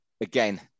again